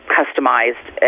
customized